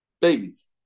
babies